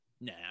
nah